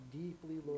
deeply